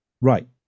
right